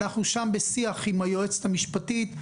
אנחנו שם בשיח עם היועצת המשפטית.